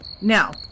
Now